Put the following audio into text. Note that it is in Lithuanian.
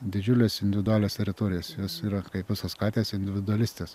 didžiulės individualios teritorijos jos yra kaip visos katės individualistės